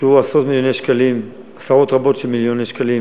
הושקעו עשרות רבות של מיליוני שקלים